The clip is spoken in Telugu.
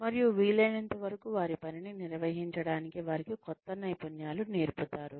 మరియు వీలైనంత వరకు వారి పనిని నిర్వహించడానికి వారికి కొత్త నైపుణ్యాలు నేర్పుతారు